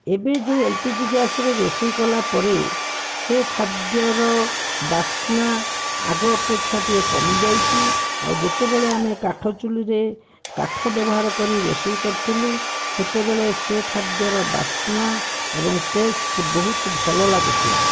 ଏବେ ଯେଉଁ L P G ଗ୍ୟାସ୍ରେ ରୋଷେଇ କଲାପରେ ସେ ଖାଦ୍ୟର ବାସ୍ନା ଆଗ ଅପେକ୍ଷା ଟିକିଏ କମିଯାଇଛି ଆଉ ଯେତେବେଳେ ଆମେ କାଠ ଚୂଲିରେ କାଠ ବ୍ୟବହାର କରି ରୋଷେଇ କରୁଥିଲୁ ସେତେବେଳେ ସେ ଖାଦ୍ୟର ବାସ୍ନା ଏବଂ ଟେଷ୍ଟ୍ ବହୁତ ଭଲ ଲାଗୁଥିଲା